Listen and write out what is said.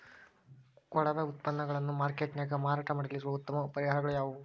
ಕೊಳೆವ ಉತ್ಪನ್ನಗಳನ್ನ ಮಾರ್ಕೇಟ್ ನ್ಯಾಗ ಮಾರಾಟ ಮಾಡಲು ಇರುವ ಉತ್ತಮ ಪರಿಹಾರಗಳು ಯಾವವು?